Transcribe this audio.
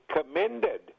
commended